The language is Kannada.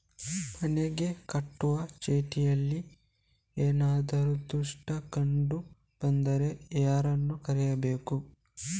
ಮನೆಗೆ ಕಟ್ಟುವ ಚೀಟಿಯಲ್ಲಿ ಏನಾದ್ರು ದೋಷ ಕಂಡು ಬಂದರೆ ಯಾರನ್ನು ಕಾಣಬೇಕು?